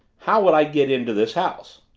how would i get into this house?